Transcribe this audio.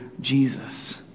Jesus